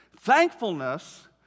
Thankfulness